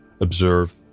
observe